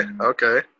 Okay